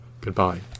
Goodbye